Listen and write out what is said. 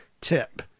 tip